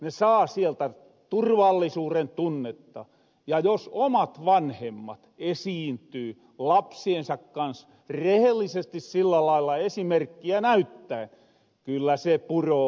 ne saa sieltä turvallisuurentunnetta ja jos omat vanhemmat esiintyy lapsiensa kans rehellisesti sillä lailla esimerkkiä näyttäen kyllä se puroo